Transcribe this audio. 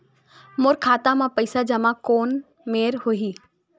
मोर खाता मा पईसा जमा कोन मेर होही?